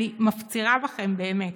אני מפצירה בכם, באמת: